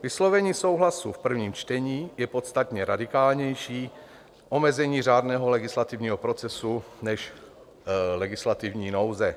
Vyslovení souhlasu v prvním čtení je podstatně radikálnější omezení řádného legislativního procesu než legislativní nouze.